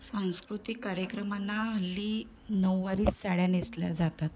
सांस्कृतिक कार्यक्रमांना हल्ली नऊवारीच साड्या नेसल्या जातात